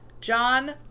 John